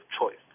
choice